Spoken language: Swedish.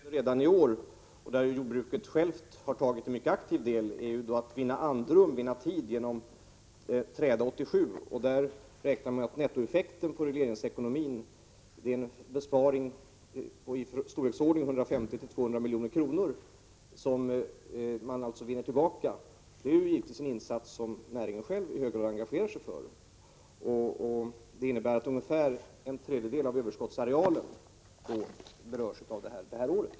Herr talman! En effekt som uppträder redan i år — och där jordbruket självt har tagit en mycket aktiv del — är att man vinner andrum och tid genom träda 1987. Man räknar med att nettoeffekten på regleringsekonomin blir en besparing av 150-200 milj.kr., som man alltså vinner tillbaka. Det är en insats som näringen själv engagerar sig för. Det innebär att ungefär en tredjedel av överskottsarealen berörs under detta år.